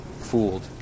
fooled